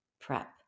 prep